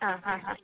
ആ ആ ആ